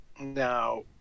now